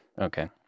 okay